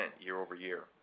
year-over-year